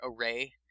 array